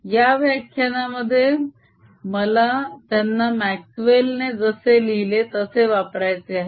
या व्याख्यानामध्ये मला त्यांना म्याक्स्वेलने जसे लिहिले तसे वापरायचे आहे